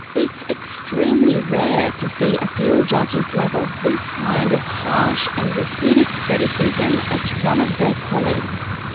it's extremely rare to see appeal judges level this kind of harsh and repeated criticism at one of their colleagues.